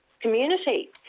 community